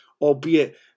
Albeit